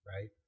right